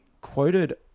quoted